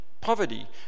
poverty